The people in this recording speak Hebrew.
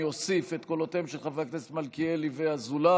אני אוסיף את קולותיהם של חברי הכנסת מלכיאלי ואזולאי.